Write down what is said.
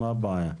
מה הבעיה?